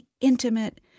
intimate